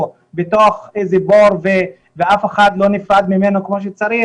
בתוך איזה בור ואף אחד לא נפרד ממנו כמו שצריך,